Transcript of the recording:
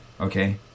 okay